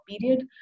period